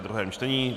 druhé čtení